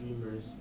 dreamers